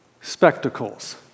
spectacles